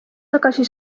tagasi